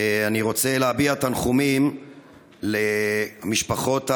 אני רוצה להביע תנחומים למשפחות ההרוגים,